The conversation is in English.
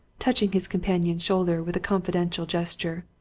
touching his companion's shoulder with a confidential gesture.